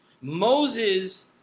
moses